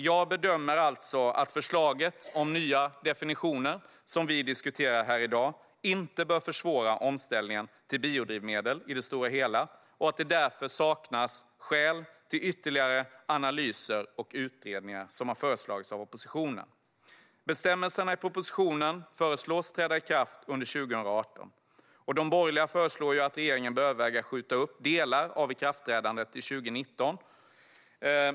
Jag bedömer alltså att förslaget om nya definitioner, som vi diskuterar här i dag, inte bör försvåra omställningen till biodrivmedel i det stora hela och att det därför saknas skäl till ytterligare analyser och utredningar, som har föreslagits av oppositionen. Bestämmelserna i propositionen föreslås träda i kraft under 2018. De borgerliga partierna föreslår att regeringen bör överväga att skjuta upp delar av ikraftträdandet till 2019.